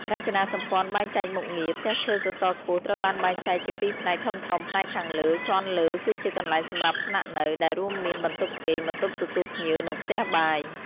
រចនាសម្ព័ន្ធបែងចែកមុខងារ ផ្ទះឈើសសរខ្ពស់ត្រូវបានបែងចែកជាពីរផ្នែកធំៗផ្នែកខាងលើ ជាន់លើ គឺជាកន្លែងសម្រាប់ស្នាក់នៅ ដែលរួមមាន បន្ទប់គេង បន្ទប់ទទួលភ្ញៀវ និង ផ្ទះបាយ ។